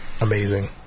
amazing